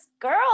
girl